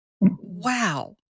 Wow